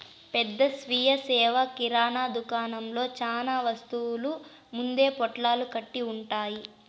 పెద్ద స్వీయ సేవ కిరణా దుకాణంలో చానా వస్తువులు ముందే పొట్లాలు కట్టి ఉంటాయి